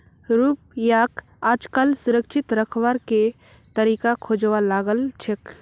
रुपयाक आजकल सुरक्षित रखवार के तरीका खोजवा लागल छेक